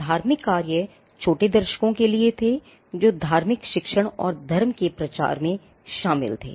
धार्मिक कार्य छोटे दर्शकों के लिए थे जो धार्मिक शिक्षण और धर्म के प्रचार में शामिल थे